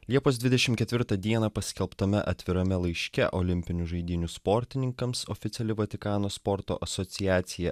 liepos dvidešimt ketvirtą dieną paskelbtame atvirame laiške olimpinių žaidynių sportininkams oficiali vatikano sporto asociacija